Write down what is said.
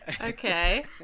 Okay